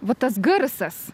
va tas garsas